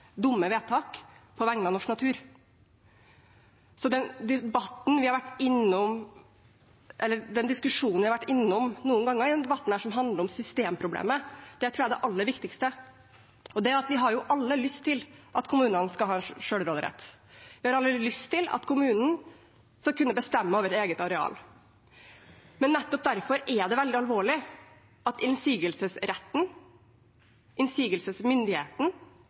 dumme vedtak på vegne av norsk natur. Den diskusjonen vi har vært innom noen ganger i denne debatten, som handler om systemproblemet, tror jeg er det aller viktigste. Vi har jo alle lyst til at kommunene skal ha selvråderett, vi har alle lyst til at kommunene skal kunne bestemme over eget areal, men nettopp derfor er det veldig alvorlig at innsigelsesretten, innsigelsesmyndigheten